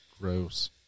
Gross